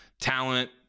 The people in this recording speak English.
talent